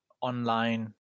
online